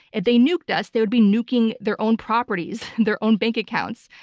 if they nuked us, they would be nuking their own properties, their own bank accounts.